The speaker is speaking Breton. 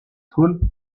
skol